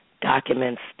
documents